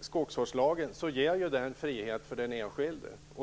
Skogsvårdslagen ger ju frihet för den enskilde.